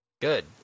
Good